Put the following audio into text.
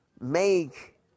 make